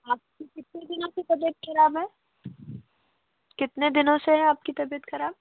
आप की कितने दिनों से तबियत ख़राब है कितने दिनों से है आप की तबियत ख़राब